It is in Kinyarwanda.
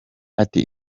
ati